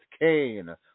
Kane